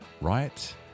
right